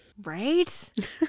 Right